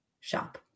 shop